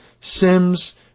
Sims